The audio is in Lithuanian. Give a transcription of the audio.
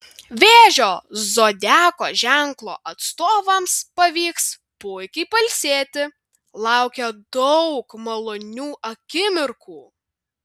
vėžio zodiako ženklo atstovams pavyks puikiai pailsėti laukia daug malonių akimirkų